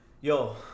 Yo